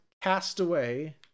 Castaway